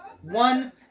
One